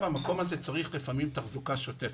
המקום צריך תחזוקה שוטפת,